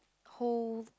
whole